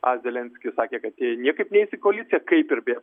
a zelesnkis sakė kad jie niekaip neis į koalicija kaip ir vėl